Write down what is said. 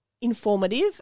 informative